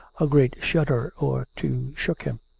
a great shudder or two shook him.